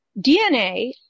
DNA